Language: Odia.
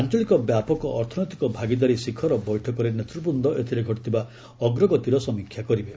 ଆଞ୍ଚଳିକ ବ୍ୟାପକ ଅର୍ଥନୈତିକ ଭାଗିଦାରୀ ଶିଖର ବୈଠକରେ ନେତ୍ରବୃନ୍ଦ ଏଥିରେ ଘଟିଥିବା ଅଗ୍ରଗତିର ସମୀକ୍ଷା କରିବେ